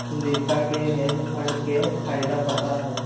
दीपकवा के hedge fund के फायदा पता हई